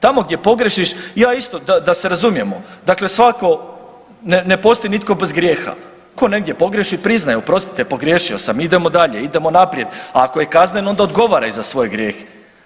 Tamo gdje pogriješiš, ja isto, da se razumijemo, dakle svatko, ne postoji nitko bez grijeha ko negdje pogriješi, priznaje, oprostite, pogriješio sam idemo dalje, idemo naprijed, ako je kazneno, onda odgovara i za svoje grijehe.